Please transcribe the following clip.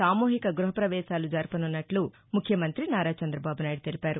సామూహిక గృహ వవేశాలు జరపనున్నట్లు ముఖ్యమంత్రి నారా చందబాబునాయుడు తెలిపారు